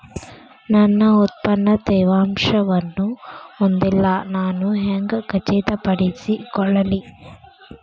ನನ್ನ ಉತ್ಪನ್ನ ತೇವಾಂಶವನ್ನು ಹೊಂದಿಲ್ಲಾ ನಾನು ಹೆಂಗ್ ಖಚಿತಪಡಿಸಿಕೊಳ್ಳಲಿ?